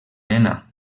nena